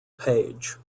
page